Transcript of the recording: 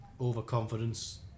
overconfidence